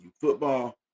football